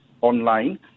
online